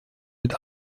mit